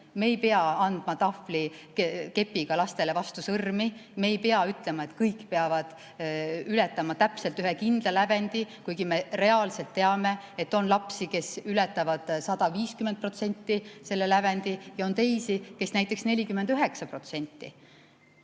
me ei pea andma tahvlikepiga lastele vastu sõrmi. Me ei pea ütlema, et kõik peavad ületama täpselt ühe kindla lävendi, kuigi me reaalselt teame, et on lapsi, kes ületavad 150% selle lävendi, ja on teisi, kes näiteks 49%.